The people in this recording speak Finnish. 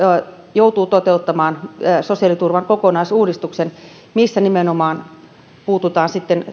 joutuu toteuttamaan sosiaaliturvan kokonais uudistuksen missä nimenomaan puututaan sitten